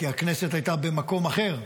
כי הכנסת הייתה במקום אחר.